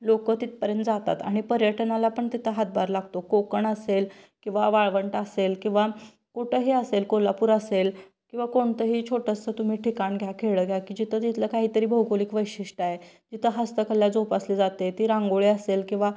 लोकं तिथपर्यंत जातात आणि पर्यटनाला पण तिथं हातभार लागतो कोकण असेल किंवा वाळवंट असेल किंवा कुठंही असेल कोल्हापूर असेल किंवा कोणतंही छोटंसं तुम्ही ठिकाण घ्या खेडं घ्या की जिथं तिथलं काहीतरी भौगोलिक वैशिष्ट्य आहे जिथं हस्तकला जोपासली जाते ती रांगोळी असेल किंवा